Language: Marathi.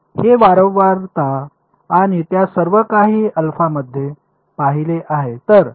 हे वारंवारता आणि त्या सर्व काही अल्फामध्ये पाहिले आहे